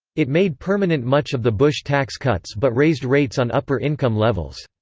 it made permanent much of the bush tax cuts but raised rates on upper income levels.